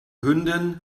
hündin